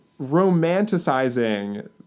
Romanticizing